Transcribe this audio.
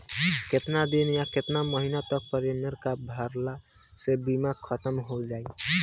केतना दिन या महीना तक प्रीमियम ना भरला से बीमा ख़तम हो जायी?